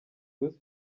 bruce